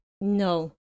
No